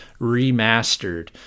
Remastered